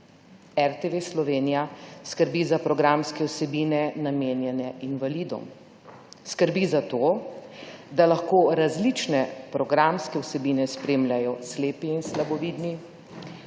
RTV Slovenija skrbi za programske vsebine namenjen invalidom. Skrbi za to, da lahko različne programske vsebine spremljamo slepi in slabovidni,